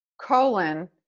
colon